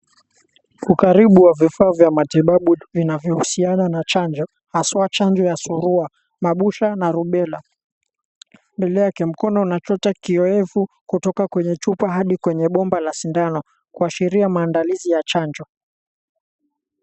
Kwa ukaribu wa vifaa vya matibabu vinavyohusiana na chanjo haswa chanjo ya surua, mabusha na rubela. Mbele yake mkono unachota kiwevu kutoka kwenye chupa hadi kwenye bomba la sindano kuashiria maandalizi ya chanjo.